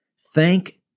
thank –